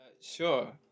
Sure